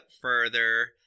further